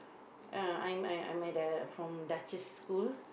uh I'm I'm at the from Duchess school